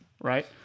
right